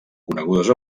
conegudes